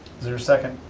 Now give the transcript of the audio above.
is there a second?